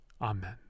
Amen